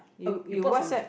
uh we bought from